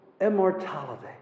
immortality